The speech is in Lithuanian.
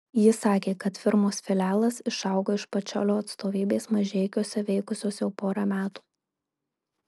ji sakė kad firmos filialas išaugo iš pačiolio atstovybės mažeikiuose veikusios jau porą metų